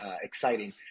exciting